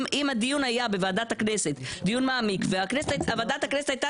אם הדיון היה בוועדת הכנסת דיון מעמיק וועדת הכנסת הייתה